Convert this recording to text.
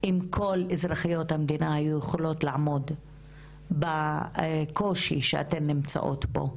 אם כל אזרחיות המדינה היו יכולות לעמוד בקושי שאתן נמצאות בו,